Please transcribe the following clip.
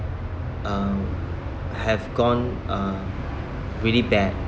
um have gone uh really bad